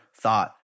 thought